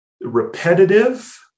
repetitive